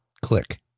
click